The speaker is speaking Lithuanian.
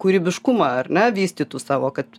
kūrybiškumą ar ne vystytų savo kad